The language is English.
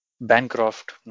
Bancroft